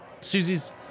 Susie's